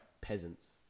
peasants